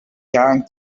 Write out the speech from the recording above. going